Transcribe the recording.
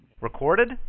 recorded